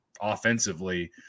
offensively